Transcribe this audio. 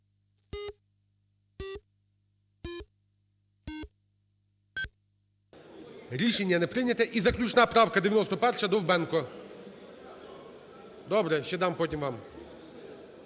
Рішення не прийняте. І заключна правка 91-а, Довбенко. Добре. Ще дам потім вам.